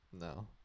no